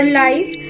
life